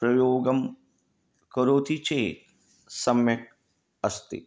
प्रयोगं करोति चेत् सम्यक् अस्ति